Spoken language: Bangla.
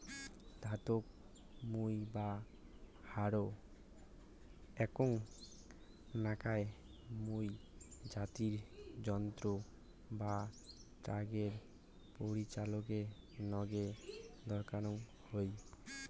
ধাতব মই বা হ্যারো এ্যাক নাকান মই জাতীয় যন্ত্র যা ট্যাক্টরের পাচিলাপাকে নাগে দ্যাওয়াং হই